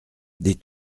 des